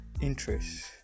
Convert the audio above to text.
interest